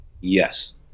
Yes